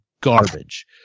garbage